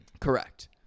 Correct